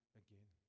again